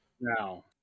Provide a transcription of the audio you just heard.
Now